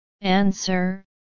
Answer